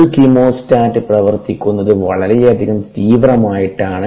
ഒരു കീമോസ്റ്റാറ്റ് പ്രവർത്തിക്കുന്നതു വളരെയധികം തീവ്രമായിട്ടാണ്